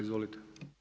Izvolite.